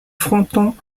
fronton